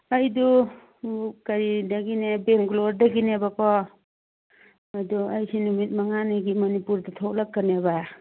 ꯑꯩꯗꯨ ꯀꯔꯤꯗꯒꯤꯅꯦ ꯕꯦꯡꯒ꯭ꯂꯣꯔꯗꯒꯤꯅꯦꯕꯀꯣ ꯑꯗꯨ ꯑꯩꯁꯤ ꯅꯨꯃꯤꯠ ꯃꯉꯥꯅꯤꯒꯤ ꯃꯅꯤꯄꯨꯔꯗ ꯊꯣꯛꯂꯛꯀꯅꯦꯕ